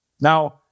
Now